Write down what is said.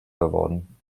geworden